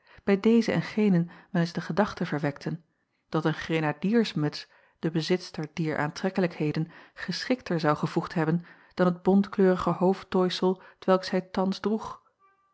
bij dezen en genen wel eens de gedachte verwekten dat een grenadiersmuts de bezitster dier aantreklijkheden geschikter zou gevoegd hebben dan het bontkleurige hoofdtooisel t welk zij thans